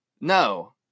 No